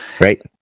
right